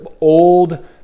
old